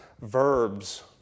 verbs